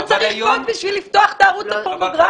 הוא צריך קוד בשביל לפתוח את הערוץ הפורנוגרפי.